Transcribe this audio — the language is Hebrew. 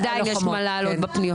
אז עדיין יש מה לעלות בפניות.